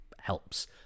helps